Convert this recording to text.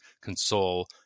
console